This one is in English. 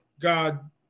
God